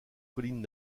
collines